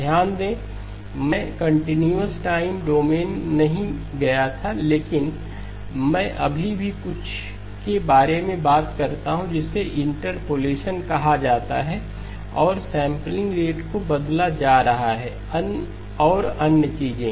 ध्यान दें कि मैं कंटीन्यूअस टाइम डोमेनपर नहीं गया था लेकिन मैं अभी भी कुछ के बारे में बात करता हूं जिसे इंटरपोलेशन कहा जाता है और सैंपलिंग रेट को बदला जा रहा है और अन्य चीजें